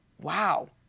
wow